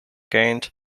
gained